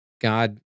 God